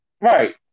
Right